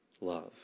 love